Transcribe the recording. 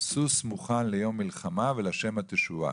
"סוס מוכן ליום מלחמה ולה' התשועה".